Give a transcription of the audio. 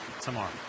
tomorrow